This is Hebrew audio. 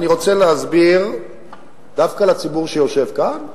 אני רוצה להסביר דווקא לציבור שיושב כאן,